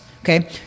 Okay